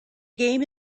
game